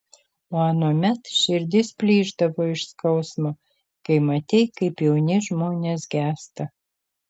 o anuomet širdis plyšdavo iš skausmo kai matei kaip jauni žmonės gęsta